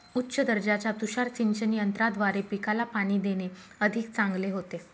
उच्च दर्जाच्या तुषार सिंचन यंत्राद्वारे पिकाला पाणी देणे अधिक चांगले होते